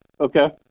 Okay